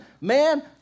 Man